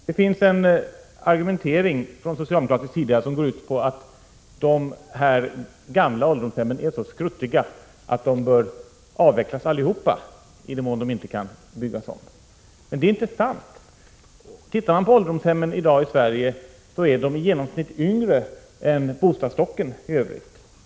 Det finns en argumentering från socialdemokratisk sida som går ut på att de gamla ålderdomshemmen är så skruttiga att de bör avvecklas allihop, i den mån de inte kan byggas om. Men det är inte sant. Ålderdomshemmen i Sverige är i dag i genomsnitt yngre än bostadsstocken i övrigt.